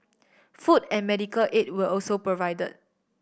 food and medical aid where also provide